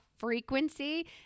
frequency